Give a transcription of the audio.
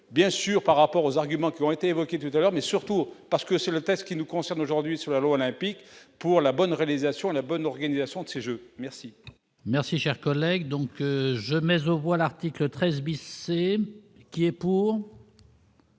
bien sûr par rapport aux arguments qui ont été évoqués tout à l'heure, mais surtout parce que c'est le ce qui nous concerne aujourd'hui sur l'Olympique pour la bonne réalisation à la bonne organisation de ces Jeux, merci. Merci, cher collègue, donc je voilà recycle 13. Qui est pour.